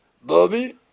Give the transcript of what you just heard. Bobby